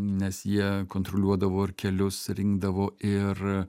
nes jie kontroliuodavo ir kelius rinkdavo ir